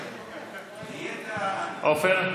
עופר?